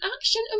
action